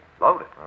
Loaded